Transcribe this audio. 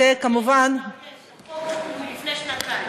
חוק לפני שנתיים.